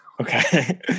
Okay